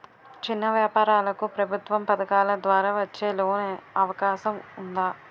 చిన్న వ్యాపారాలకు ప్రభుత్వం పథకాల ద్వారా వచ్చే లోన్ అవకాశం ఉందా?